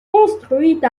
construite